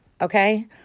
okay